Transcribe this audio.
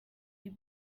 you